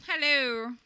Hello